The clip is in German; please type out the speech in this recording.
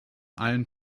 allen